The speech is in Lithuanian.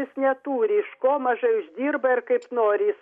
jis neturi iš ko mažai uždirba ir kaip nori jis